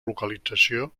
localització